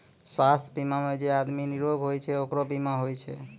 स्वास्थ बीमा मे जे आदमी निरोग होय छै ओकरे बीमा होय छै